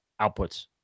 outputs